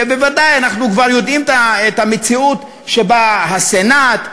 בוודאי אנחנו כבר יודעים את המציאות שבה הסנאט,